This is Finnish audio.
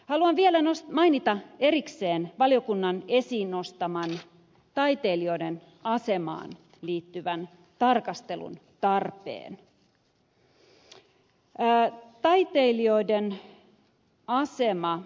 haluan vielä mainita erikseen valiokunnan esiin nostaman taiteilijoiden asemaan liittyvän tarkastelun tarpeen